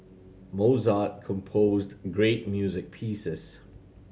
Mozart composed great music pieces